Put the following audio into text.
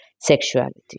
sexuality